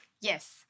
Yes